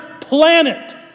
planet